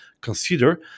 consider